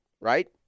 right